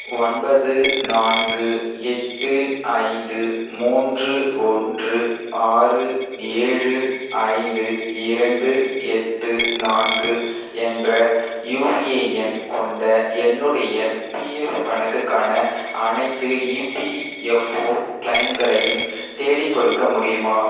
ஒன்பது நான்கு எட்டு ஐந்து மூன்று ஒன்று ஆறு ஏழு ஐந்து இரண்டு எட்டு நான்கு என்ற யுஏஎன் கொண்ட என்னுடைய பிஎஃப் கணக்குக்கான அனைத்து இபிஎஃப்ஓ க்ளெய்ம்களையும் தேடிக்கொடுக்க முடியுமா